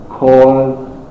cause